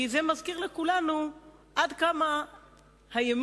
כי זה מזכיר לכולנו עד כמה הימין